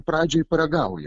pradžiai paragauja